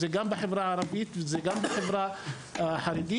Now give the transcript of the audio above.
זה גם בחברה הערבית וגם בחברה החרדית.